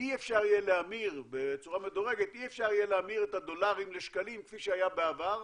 אי אפשר יהיה להמיר בצורה מדורגת את הדולרים לשקלים כפי שהיה בעבר,